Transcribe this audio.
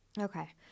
Okay